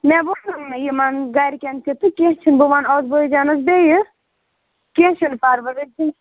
مےٚ ووٚن یِمَن گَرِکٮ۪ن تہِ تہٕ کیٚنٛہہ چھُنہٕ بہٕ وَنہٕ اوٚتھ بٲجانَس بیٚیہِ کیٚنٛہہ چھُنہٕ پَرواے